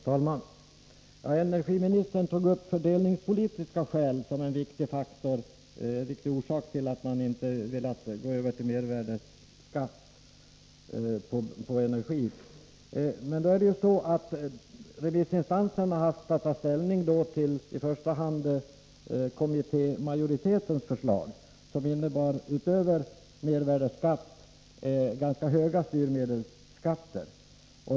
Herr talman! Energiministern tog upp fördelningspolitiska skäl som en viktig orsak till att man inte velat gå över till mervärdeskatt på energi. Men remissinstanserna har haft att ta ställning till i första hand kommittémajoritetens förslag, som innebar utöver mervärdeskatt ganska höga styrmedelsskatter.